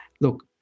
look